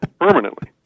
permanently